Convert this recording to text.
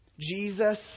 Jesus